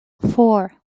four